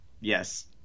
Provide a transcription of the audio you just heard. yes